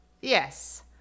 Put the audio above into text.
Yes